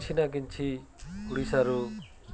କିଛି ନା କିଛି ଓଡ଼ିଶାରୁ